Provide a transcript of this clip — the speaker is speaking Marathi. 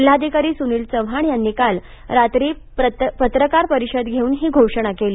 जिल्हाधिकारी सुनिल चव्हाण यांनी काल रात्री पत्रकार परिषद घेऊन ही घोषणा केली